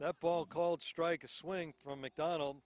the ball called strike a swing from mcdonald